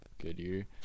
Goodyear